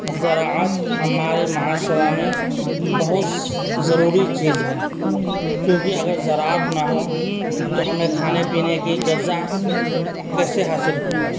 زراعت ہمارے معاشرہ میں بہت ضروری چیز ہے کیونکہ اگر زراعت نہ ہو تو ہمیں کھانے پینے کی غذا کیسے حاصل ہوگا